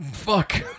Fuck